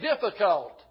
difficult